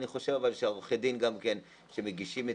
אבל אני חושב שעורכי הדין שמגישים את